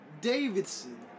Davidson